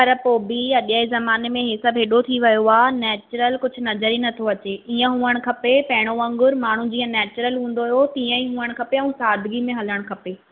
पर पोइ बि अॼु जे ज़माने में उहे सभु एॾो थी वियो आहे नैचुरल कुझु नज़र ई न थो अचे ईअं हुअणु खपे पहिरों वांगुरु माण्हूं जीअं नैचुरल हूंदो हुयो तीअं ई हुअणु खपे ऐं सादिगी में हलणु खपे